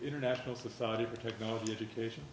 international society for technology education